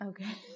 Okay